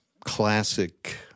classic